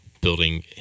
building